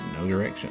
nodirection